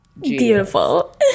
beautiful